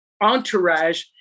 entourage